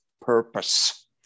purpose